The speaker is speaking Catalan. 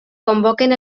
convoquen